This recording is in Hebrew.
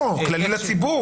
דוח כללי לציבור.